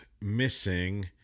missing